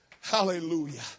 Hallelujah